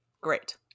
great